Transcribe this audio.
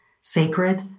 sacred